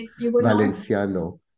Valenciano